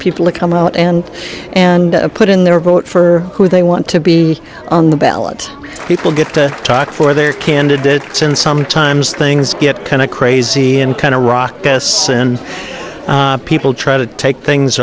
people to come out and and put in their vote for who they want to be on the ballot people get to talk for their candidates and sometimes things get kind of crazy and kind of rock guests and people try to take things